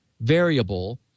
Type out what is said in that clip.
variable